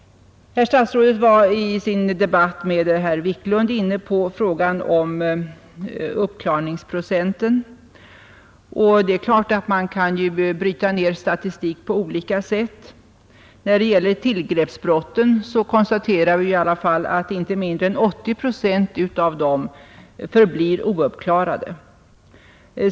Herr statsrådet var i sin debatt med herr Wiklund inne på frågan om uppklaringsprocenten av begångna brott. Det är klart att man kan bryta ner statistik på olika sätt. När det gäller tillgreppsbrotten, kan konstateras att inte mindre än 80 procent av dem förblir ouppklarade.